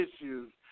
issues